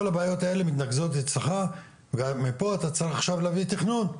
כל הבעיות האלה מתנקזות אצלך ומפה אתה צריך עכשיו להביא תכנון,